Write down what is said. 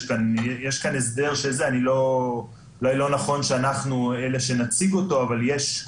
יש כאן הסדר ואולי לא נכון שאנחנו אלה שנציג אותו אבל כל